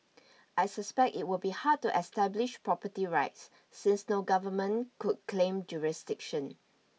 I suspect it would be hard to establish property rights since no government could claim jurisdiction